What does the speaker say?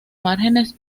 márgenes